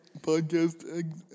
podcast